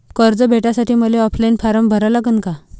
कर्ज भेटासाठी मले ऑफलाईन फारम भरा लागन का?